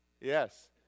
Yes